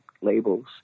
labels